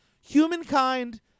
Humankind